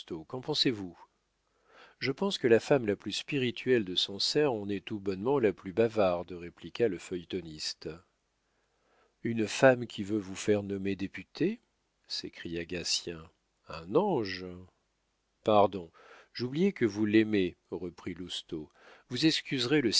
qu'en pensez-vous je pense que la femme la plus spirituelle de sancerre en est tout bonnement la plus bavarde répliqua le feuilletoniste une femme qui veut vous faire nommer député s'écria gatien un ange pardon j'oubliais que vous l'aimez reprit lousteau vous excuserez le